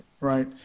Right